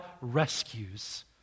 rescues